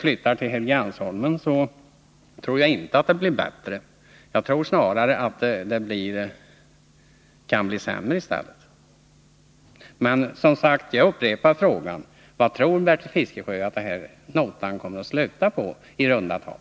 Jag tror inte att det blir bättre på Helgeandsholmen -— jag tror snarare att det kan bli sämre. Men jag upprepar frågan: Vad tror Bertil Fiskesjö att denna nota kommer att sluta på, i runda tal?